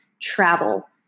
travel